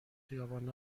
خیابان